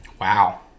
Wow